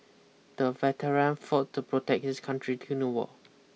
the veteran fought to protect his country during the war